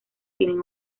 tienen